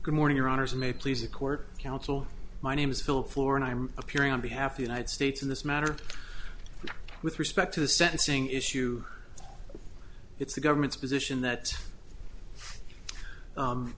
good morning your honors may please the court counsel my name is phil floor and i'm appearing on behalf united states in this matter with respect to the sentencing issue it's the government's position that